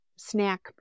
snack